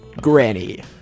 Granny